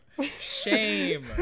Shame